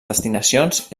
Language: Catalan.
destinacions